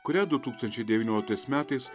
kurią du tūkstančiai devynioliktais metais